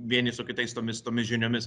vieni su kitais tomis tomis žiniomis